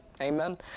Amen